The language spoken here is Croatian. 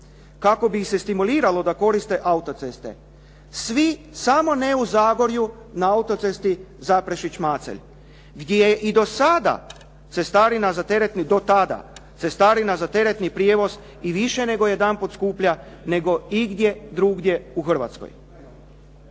kakao bi ih se stimuliralo da koriste autoceste. Svi samo ne u Zagorju na autocesti Zaprešić-Macelj, gdje i do sada cestarina za teretni do tada, cestarina za teretni prijevoz i više nego jedanput skuplja nego igdje drugdje u Hrvatskoj.